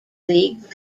league